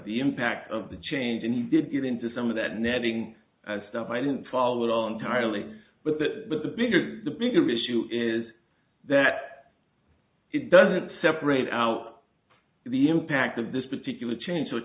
the impact of the change and you did get into some of that netting as stuff i didn't follow on tyrolese but that but the bigger the bigger issue is that it doesn't separate out the impact of this particular change